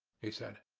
he said.